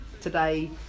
today